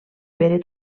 pere